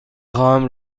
خواهم